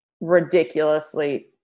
ridiculously